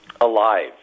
alive